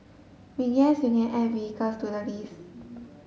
we guess you can add vehicles to the list